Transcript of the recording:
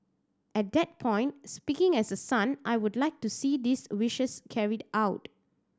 at that point speaking as a son I would like to see these wishes carried out